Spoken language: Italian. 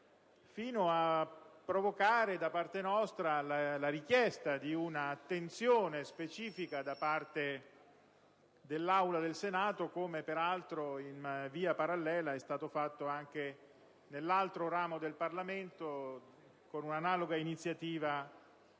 ed ha provocato da parte nostra la richiesta di un'attenzione specifica da parte dell'Aula del Senato, come peraltro in via parallela è stato fatto anche nell'altro ramo del Parlamento con un'analoga iniziativa